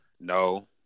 No